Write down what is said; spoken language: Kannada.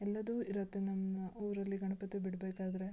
ಎಲ್ಲದೂ ಇರುತ್ತೆ ನಮ್ಮ ಊರಲ್ಲಿ ಗಣಪತಿ ಬಿಡಬೇಕಾದ್ರೆ